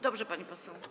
Dobrze, pani poseł.